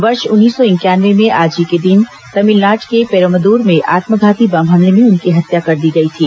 वर्ष उन्नीस सौ इंक्यानवे में आज के ही दिन तमिलनाडु के श्रीपेरुम्बदूर में आत्मघाती बम हमले में उनकी हत्या कर दी गई थी